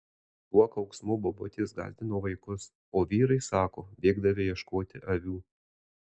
tuo kauksmu bobutės gąsdino vaikus o vyrai sako bėgdavę ieškoti avių